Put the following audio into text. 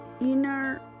inner